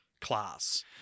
class